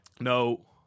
No